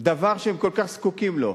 דבר שהם כל כך זקוקים לו.